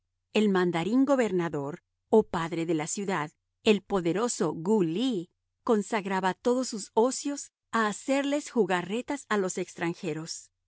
el mandarín gobernador o padre de la ciudad el poderoso gu ly consagraba todos sus ocios a hacerles jugarretas a los extranjeros